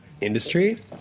industry